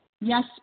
yes